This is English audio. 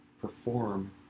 perform